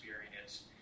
experience